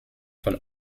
von